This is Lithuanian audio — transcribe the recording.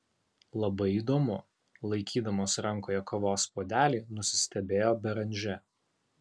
labai įdomu laikydamas rankoje kavos puodelį nusistebėjo beranžė